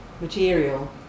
material